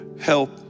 help